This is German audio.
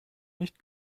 nicht